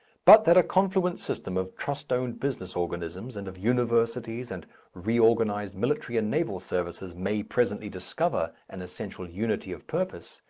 but that a confluent system of trust-owned business organisms, and of universities and re-organized military and naval services may presently discover an essential unity of purpose,